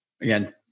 again